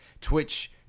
Twitch